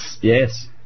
Yes